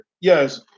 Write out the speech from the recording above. Yes